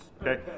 Okay